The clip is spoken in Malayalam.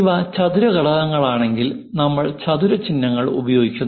ഇവ ചതുര ഘടകങ്ങളാണെങ്കിൽ നമ്മൾ ചതുര ചിഹ്നങ്ങൾ ഉപയോഗിക്കുന്നു